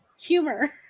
humor